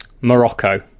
Morocco